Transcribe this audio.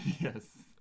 yes